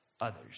others